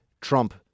Trump